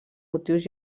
motius